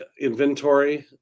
inventory